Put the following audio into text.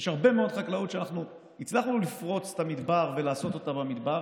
יש הרבה מאוד חקלאות שהצלחנו לפרוץ את המדבר ולעשות אותה במדבר,